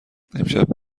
امشب